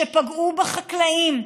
שפגעו בחקלאים,